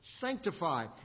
sanctify